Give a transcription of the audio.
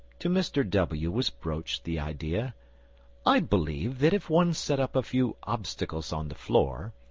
to mr w. was broached the idea i believe that if one set up a few obstacles on the floor,